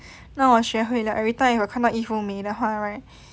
让我学会了 every time if 我看到衣服美的话 right